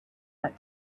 out